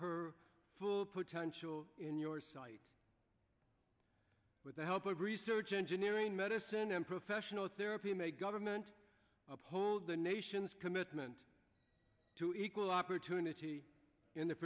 her full potential in your sight with the help of research engineering medicine and professional therapy may government uphold the nation's commitment to equal opportunity in the